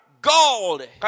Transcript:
God